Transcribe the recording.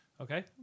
Okay